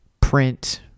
print